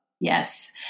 Yes